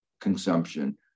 consumption